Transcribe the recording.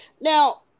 now